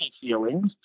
feelings